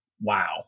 Wow